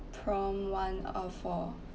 prompt one or four